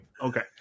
Okay